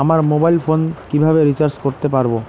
আমার mobile phone কিভাবে recharge করতে পারব?